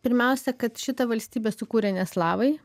pirmiausia kad šitą valstybę sukūrė ne slavai